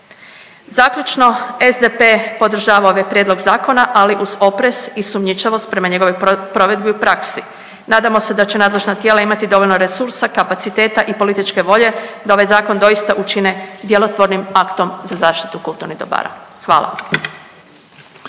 Zaključno, SDP podržava ovaj prijedlog zakona, ali uz oprez i sumnjičavost prema njegovoj provedbi u praksi. Nadamo se da će nadležna tijela imati dovoljno resursa, kapaciteta i političke volje da ovaj Zakon doista učine djelotvornim aktom za zaštitu kulturnih dobara. Hvala.